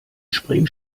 spring